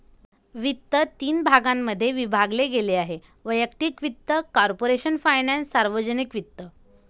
वित्त तीन भागांमध्ये विभागले गेले आहेः वैयक्तिक वित्त, कॉर्पोरेशन फायनान्स, सार्वजनिक वित्त